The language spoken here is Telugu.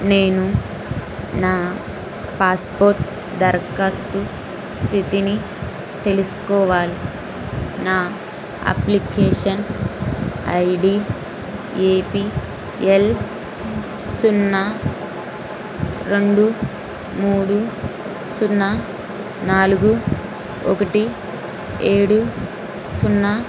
నేను నా పాస్పోర్ట్ దరఖాస్తు స్థితిని తెలుసుకోవాల్ నా application ID A P L సున్నా రెండు మూడు సున్నా నాలుగు ఒకటి ఏడు సున్నా